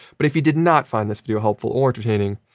but if you did not find this video helpful or entertaining,